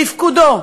תפקודו,